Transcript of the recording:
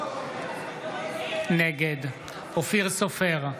נגד אופיר סופר,